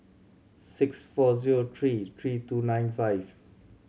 six four zero three three two nine five